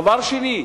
דבר שני,